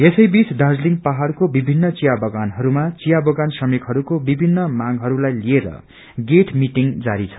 यसै बीच दार्जीलिङ पहाड़को विचिन्न चिया बगानहरूमा चिया बगान श्रमिकहरूको विभिन्न मांगहरूलाई लिएर गेट मिटिंग जारी छ